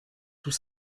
tout